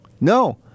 No